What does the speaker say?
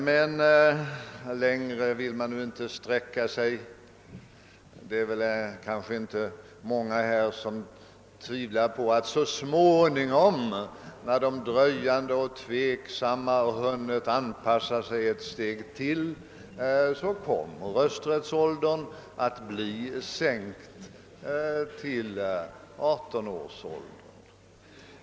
Men längre har man ännu inte velat sträcka sig. Det är väl kanske inte många som tvivlar på att rösträttsåldern så småningom — när de dröjande och tveksamma hunnit anpassa sig ytterligare ett steg — kommer att sänkas till 18 år.